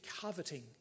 coveting